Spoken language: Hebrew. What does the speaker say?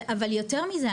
אבל יותר מזה,